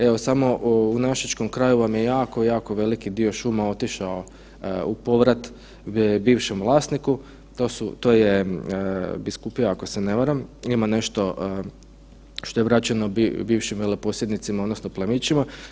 Evo samo u našičkom kraju vam je jako, jako veliki dio šuma otišao u povrat bivšem vlasniku, to je biskupija ako se ne varam, ima nešto što je vraćeno bivšim veleposjednicima odnosno plemićima.